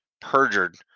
perjured